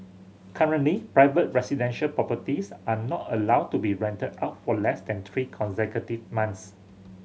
currently private residential properties are not allowed to be rented out for less than three consecutive months